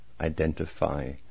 identify